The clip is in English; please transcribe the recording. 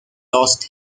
lost